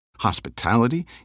hospitality